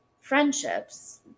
friendships